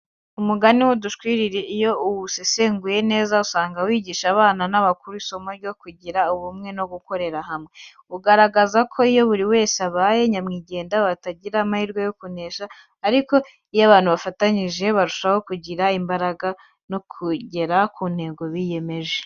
Umugani w’udushwiriri iyo uwusesenguye neza usanga wigisha abana n’abakuru isomo ryo kugira ubumwe no gukorera hamwe. Ugaragaza ko iyo buri wese abaye nyamwigendaho atagira amahirwe yo kunesha ariko iyo abantu bafatanyije barushaho kugira imbaraga no kugera ku ntego biyemeje.